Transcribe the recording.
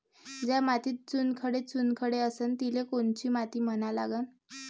ज्या मातीत चुनखडे चुनखडे असन तिले कोनची माती म्हना लागन?